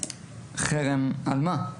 חרם על מה?